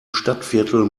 stadtviertel